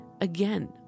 Again